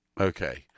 Okay